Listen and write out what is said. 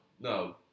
no